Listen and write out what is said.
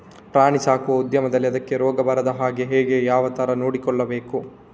ಪ್ರಾಣಿ ಸಾಕುವ ಉದ್ಯಮದಲ್ಲಿ ಅದಕ್ಕೆ ರೋಗ ಬಾರದ ಹಾಗೆ ಹೇಗೆ ಯಾವ ತರ ನೋಡಿಕೊಳ್ಳಬೇಕು?